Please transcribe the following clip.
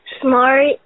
smart